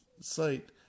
site